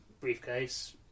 briefcase